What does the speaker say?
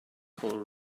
color